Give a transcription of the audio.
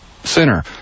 Center